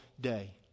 day